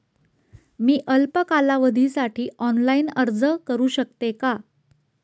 मी अल्प कालावधीसाठी ऑनलाइन अर्ज करू शकते का?